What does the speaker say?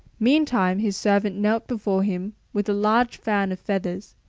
meantime his servant knelt before him, with a large fan of feathers.